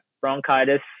bronchitis